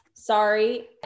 Sorry